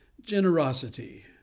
generosity